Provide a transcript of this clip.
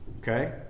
Okay